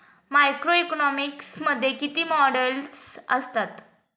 Macroeconomics मध्ये किती models असतात?